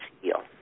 heal